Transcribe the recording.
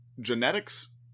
Genetics